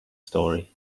story